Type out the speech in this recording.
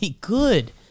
good